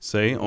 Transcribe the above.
Say